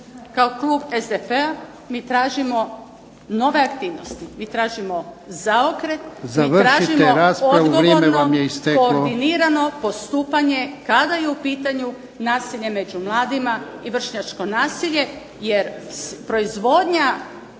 kao Klub SDP-a mi tražimo nove aktivnosti, tražimo zaokret i tražimo odgovorno koordinirano postupanje kada je u pitanju nasilje među mladima i vršnjačko nasilje, jer proizvodnja